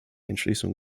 entschließung